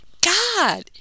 God